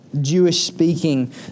Jewish-speaking